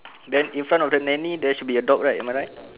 then in front of the nanny there should be a dog right am I right